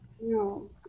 No